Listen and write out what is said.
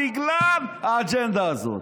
בגלל האג'נדה הזאת,